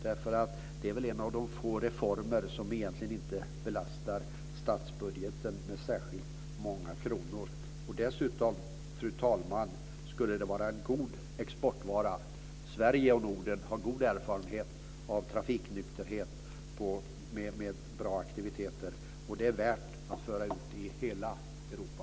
Det är väl en av de få reformer som egentligen inte belastar statsbudgeten med särskilt många kronor. Dessutom, fru talman, skulle det vara en god exportvara. Sverige och Norden har god erfarenhet av trafiknykterhet med bra aktiviteter. Det är värt att föra ut det i hela Europa.